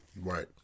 right